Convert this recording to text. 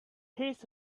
his